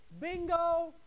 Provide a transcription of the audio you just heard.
Bingo